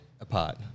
apart